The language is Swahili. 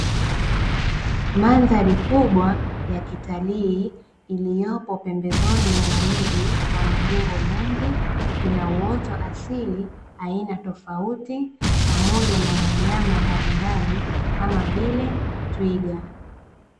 Mandhari kubwa ya kitalii iliyopo pembezoni mwa mji wa majengo mengi ina uoto asili aina tofauti pamoja na wanyama mbalimbali kama vile twiga.